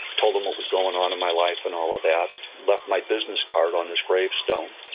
told him what was going on in my life and all ah that. left my business card on his gravestone.